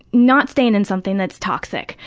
not staying in something that's toxic.